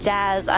Jazz